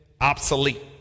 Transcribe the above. obsolete